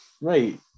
Right